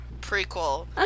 prequel